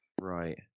Right